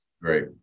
Right